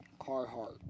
carhartt